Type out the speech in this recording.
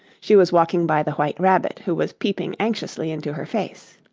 she was walking by the white rabbit, who was peeping anxiously into her face.